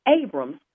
Abram's